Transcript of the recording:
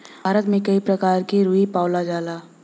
भारत में कई परकार क रुई पावल जाला